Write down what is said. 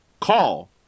call